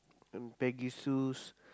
in baggy shoes